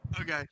okay